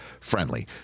friendly